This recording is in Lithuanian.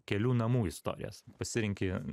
kelių namų istorijas pasirenki